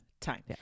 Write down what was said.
time